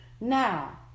now